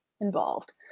involved